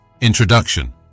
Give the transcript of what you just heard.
Introduction